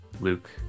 Luke